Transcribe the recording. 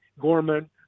Gorman